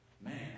Man